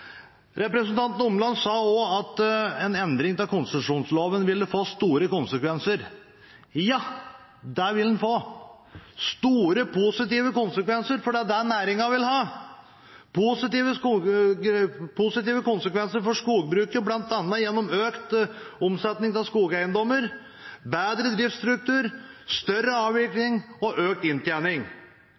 Representanten Omland sa også at en endring av konsesjonsloven ville få store konsekvenser. Ja, det vil den få – store positive konsekvenser, for det er det næringen vil ha – positive konsekvenser for skogbruket, bl.a. gjennom økt omsetning av skogeiendommer, bedre driftsstruktur, større avvikling og økt inntjening.